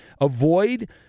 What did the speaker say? Avoid